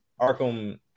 Arkham